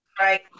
Right